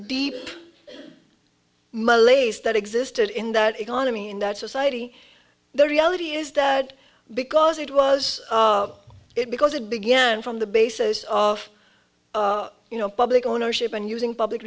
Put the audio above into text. deep malays that existed in that economy in that society the reality is that because it was it because it began from the basis of you know public ownership and using public